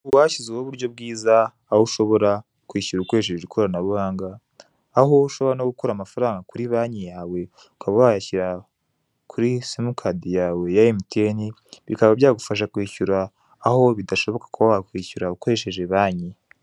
Ubu hashyizwe ho uburyo bwiza aho ushobora kwishyura ukoresheje ikoranabuhanga, aho ushobora no gukura amafaranga kuri banki yawe, ukaba wayashyira kuri simikadi yawe ya Emutiyeni, bikaba byagufasha kwishyura aho bidashoboka kuba wakishyura ukoresheje banki.